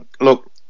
look